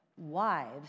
Wives